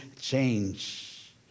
change